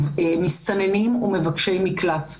מסתננים ומבקשי מקלט.